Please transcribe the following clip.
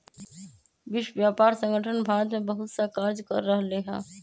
विश्व व्यापार संगठन भारत में बहुतसा कार्य कर रहले है